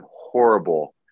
horrible